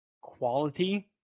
quality